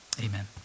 Amen